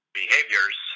behaviors